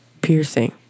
piercing